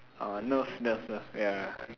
uh nerf nerf nerf ya